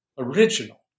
original